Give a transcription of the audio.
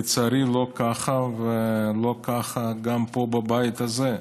לצערי, לא ככה גם פה, בבית הזה.